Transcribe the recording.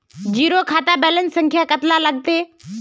Zero खाता balance संख्या कतला लगते?